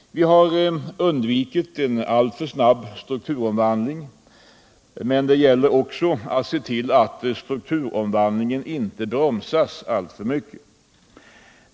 Vi har undvikit en alltför snabb strukturomvandling. Men det gäller också att se till att strukturomvandlingen inte bromsas alltför mycket.